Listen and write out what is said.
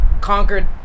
conquered